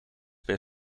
per